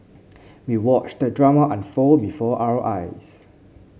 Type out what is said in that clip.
we watched the drama unfold before our eyes